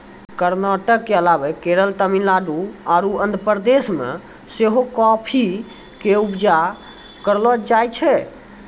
कर्नाटक के अलावा केरल, तमिलनाडु आरु आंध्र प्रदेश मे सेहो काफी के उपजा करलो जाय छै